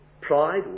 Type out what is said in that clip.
pride